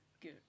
good